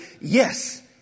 Yes